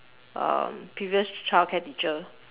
um previous childcare teacher